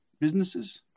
businesses